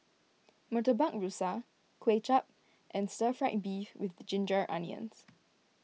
Murtabak Rusa Kuay Chap and Stir Fried Beef with Ginger Onions